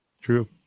True